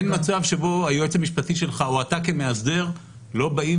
אין מצב שהיועץ המשפטי שלך או אתה כמאסדר לא באים